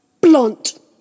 blunt